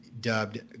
dubbed